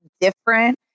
different